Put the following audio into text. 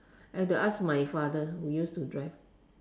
I have to ask my father who used to drive